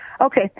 Okay